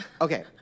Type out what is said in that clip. Okay